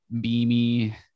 beamy